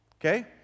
okay